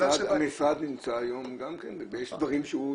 המשרד נמצא היום, יש דברים שהוא דוגמה,